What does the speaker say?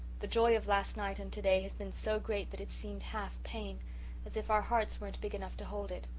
the joy of last night and today has been so great that it seemed half pain as if our hearts weren't big enough to hold it.